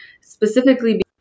specifically